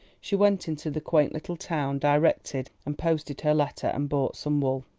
she went into the quaint little town, directed and posted her letter, and bought some wool.